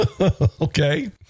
Okay